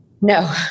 No